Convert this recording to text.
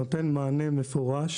שנותן מענה מפורש